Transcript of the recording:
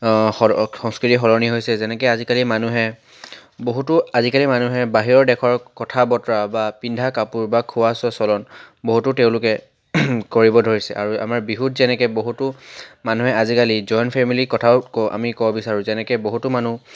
সং সংস্কৃতি সলনি হৈছে যেনেকৈ আজিকালি মানুহে বহুতো আজিকালি মানুহে বাহিৰৰ দেশৰ কথা বতৰা বা পিন্ধা কাপোৰ বা খোৱা চোৱা চলন বহুতো তেওঁলোকে কৰিব ধৰিছে আৰু আমাৰ বিহুত যেনেকৈ বহুতো মানুহে আজিকালি জইণ্ট ফেমিলি কথাও ক আমি ক'ব বিচাৰো যেনেকৈ বহুতো মানুহ